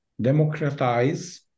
democratize